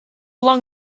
long